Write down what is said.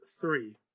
three